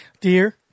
Dear